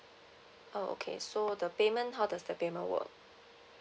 uh okay so the payment how does the payment work